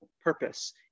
purpose